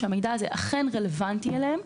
שהמידע הזה אכן רלוונטי להם.